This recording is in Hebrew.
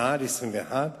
מעל 21. מעל 21,